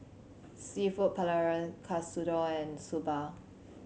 Seafood Paella Katsudon and Soba